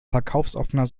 verkaufsoffener